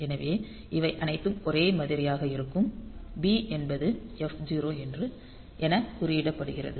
எனவே இவை அனைத்தும் ஒரே மாதிரியாக இருக்கும் b என்பது f0 என குறியிடப்படுகிறது